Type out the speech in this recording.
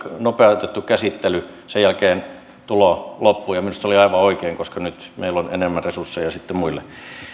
nopeutettu käsittely sen jälkeen tulo loppui minusta se oli aivan oikein koska nyt meillä on enemmän resursseja sitten muille